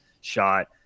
shot